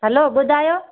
हलो ॿुधायो